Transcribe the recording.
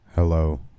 Hello